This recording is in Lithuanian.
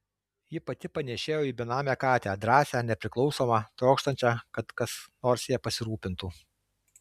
ji pati panėšėjo į benamę katę drąsią nepriklausomą trokštančią kad kas nors ja pasirūpintų